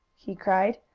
he cried.